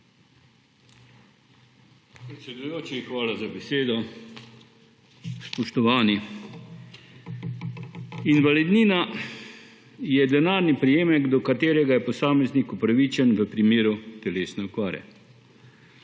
hvala za besedo. Spoštovani! Invalidnina je denarni prejemek, do katerega je posameznik upravičen v primeru telesne okvare.